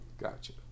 Gotcha